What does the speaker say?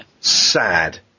sad